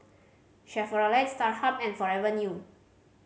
Chevrolet Starhub and Forever New